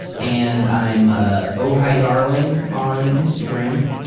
and i'm ah ohaidarling on instagram.